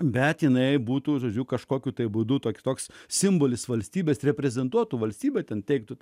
bet jinai būtų žodžiu kažkokiu būdu to kitoks simbolis valstybės reprezentuotų valstybę ten teiktųsi